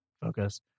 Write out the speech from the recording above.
focus